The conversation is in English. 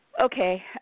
Okay